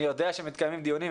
אני יודע שמתקיימים דיונים,